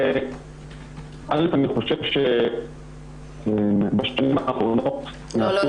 אני חושב שבשנים האחרונות נעשו כמה מהלכים --- לא,